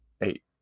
eight